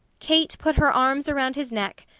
kate put her arms around his neck,